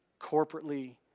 corporately